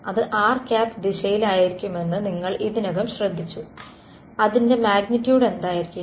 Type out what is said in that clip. അത് rദിശയിലായിരിക്കുമെന്ന് നിങ്ങൾ ഇതിനകം ശ്രദ്ധിച്ചു അതിന്റെ മാഗ്നിറ്റൂഡ് എന്തായിരിക്കും